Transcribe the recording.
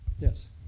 Yes